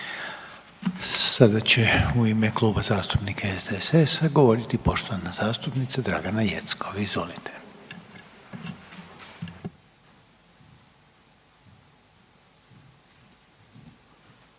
Sada će u ime Kluba zastupnika SDSS-a govoriti poštovana zastupnica Dragana Jeckov, izvolite.